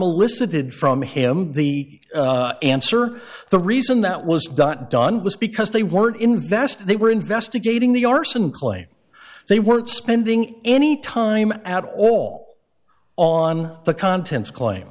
elicited from him the answer the reason that was dot done was because they weren't in fast they were investigating the arson claim they weren't spending any time at all on the contents claim